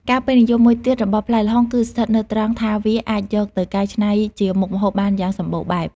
ការពេញនិយមមួយទៀតរបស់ផ្លែល្ហុងគឺស្ថិតនៅត្រង់ថាវាអាចយកទៅកែច្នៃជាមុខម្ហូបបានយ៉ាងសម្បូរបែប។